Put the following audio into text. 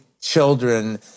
children